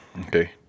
Okay